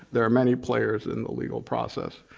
there are many players in the legal process.